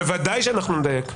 בוודאי שאנחנו נדייק.